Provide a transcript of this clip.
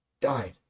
died